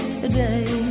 today